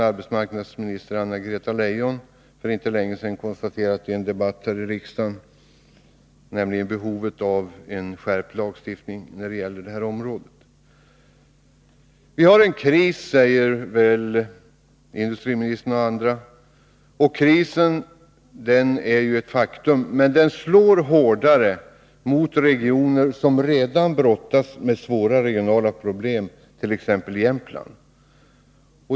Arbetsmarknadsministern Anna-Greta Leijon har i en debatt här i Nr 31 riksdagen för inte så länge sedan konstaterat behovet av en skärpt lagstiftning Måndagen den på det här området. 22 november 1982 Vi har en kris, säger industriministern och även andra. Krisen är ett faktum, men den slår hårdare mot regioner som redan brottas med svåra Om verksamheten regionala problem, t.ex. Jämtland.